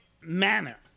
manner